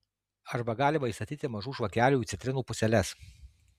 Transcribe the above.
arba galima įstatyti mažų žvakelių į citrinų puseles